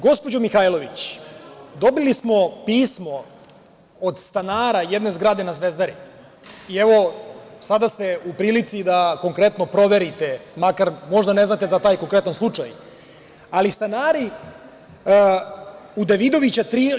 Gospođo Mihajlović, dobili smo pismo od stanara jedne zgrade na Zvezdari, i evo, sada ste u prilici da konkretno proverite, makar možda ne znate za taj konkretan slučaj, ali stanari u ul.